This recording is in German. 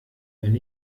wenn